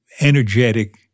energetic